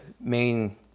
main